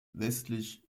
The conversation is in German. westlich